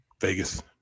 Vegas